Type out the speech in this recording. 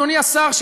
אדוני השר,